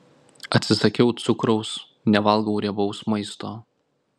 atsisakiau cukraus nevalgau riebaus maisto